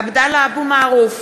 עבדאללה אבו מערוף,